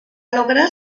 lograr